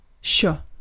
Sure